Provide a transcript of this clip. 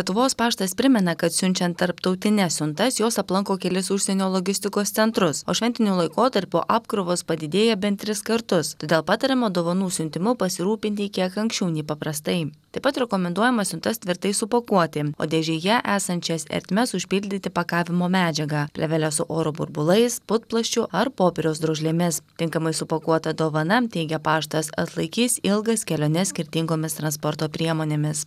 lietuvos paštas primena kad siunčiant tarptautines siuntas jos aplanko kelis užsienio logistikos centrus o šventiniu laikotarpiu apkrovos padidėja bent tris kartus todėl patariama dovanų siuntimu pasirūpinti kiek anksčiau nei paprastai taip pat rekomenduojama siuntas tvirtai supakuoti o dėžėje esančias ertmes užpildyti pakavimo medžiaga plėvele su oro burbulais putplasčiu ar popieriaus drožlėmis tinkamai supakuota dovana teigia paštas atlaikys ilgas keliones skirtingomis transporto priemonėmis